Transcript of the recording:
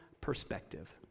perspective